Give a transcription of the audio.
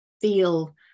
feel